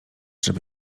żeby